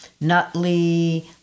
Nutley